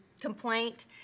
complaint